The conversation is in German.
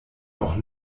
auch